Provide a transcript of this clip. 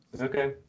Okay